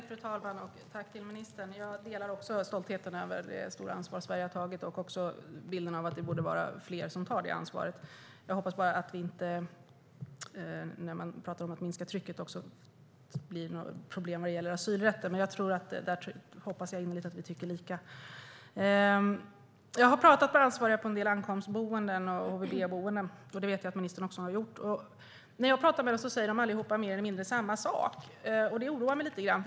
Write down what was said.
Fru talman! Jag delar också stoltheten över det stora ansvar Sverige har tagit och även bilden av att fler borde ta ansvaret. Jag hoppas bara att talet om att minska trycket inte kommer att innebära problem för asylrätten. Där hoppas jag innerligt att vi tycker lika. Jag har pratat med ansvariga på en del ankomstboenden. Det vet jag att också ministern har gjort. De säger alla mer eller mindre samma sak, och det oroar mig lite grann.